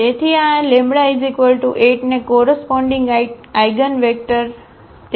તેથી આλ8 ને કોરસપોન્ડીગ આઇગનવેક્ટર